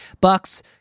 Bucks